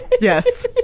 yes